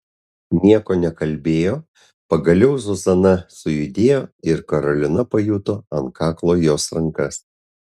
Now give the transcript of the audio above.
nieko nekalbėjo pagaliau zuzana sujudėjo ir karolina pajuto ant kaklo jos rankas